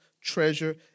treasure